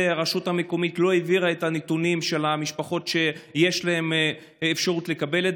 שהרשות המקומית לא העבירה את הנתונים של המשפחות שיש להן אפשרות לקבל את